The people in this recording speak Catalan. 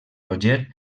roger